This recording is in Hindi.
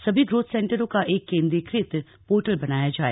सभी ग्रेाथ सेंटरों का एक केंद्रीकृत पोर्टल बनाया जाए